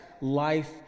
life